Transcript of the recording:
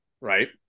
right